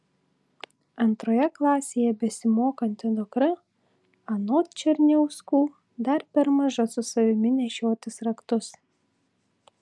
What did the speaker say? antroje klasėje besimokanti dukra anot černiauskų dar per maža su savimi nešiotis raktus